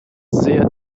sehr